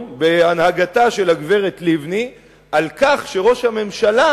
בהנהגתה של הגברת לבני על כך שראש הממשלה,